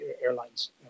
airlines